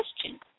question